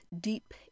deep